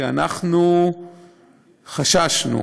שאנחנו חששנו,